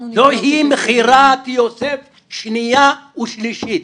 זוהי מכירת יוסף שנייה ושלישית,